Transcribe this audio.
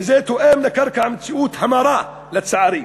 וזה תואם את קרקע המציאות המרה, לצערי.